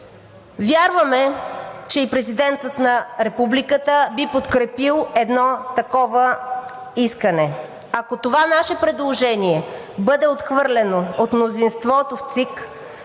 Вярваме, че и президентът на републиката би подкрепил едно такова искане. Ако това наше предложение бъде отхвърлено от мнозинството в ЦИК,